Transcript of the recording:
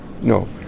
No